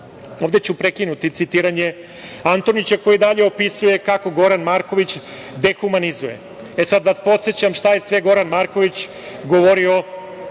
Ovde ću prekinuti citiranje Antonića koji dalje opisuje kako Goran Marković dehumanizuje. Sad vas podsećam šta je sve Goran Marković govorio